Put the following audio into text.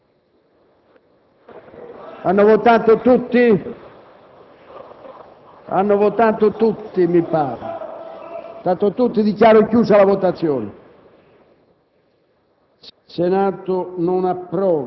Hanno votato tutti? Dichiaro chiusa la votazione.